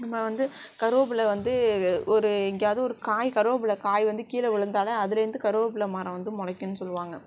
நம்ம வந்து கருவேப்பிலை வந்து ஒரு எங்கேயாவது ஒரு காய் கருவேப்பிலை காய் வந்து கீழே விழுந்தாலே அதுலேருந்து கருவேப்பிலை மரம் வந்து முளைக்குன்னு சொல்லுவாங்க